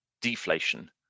deflation